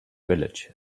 village